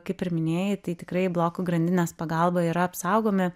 kaip ir minėjai tai tikrai blokų grandinės pagalba yra apsaugomi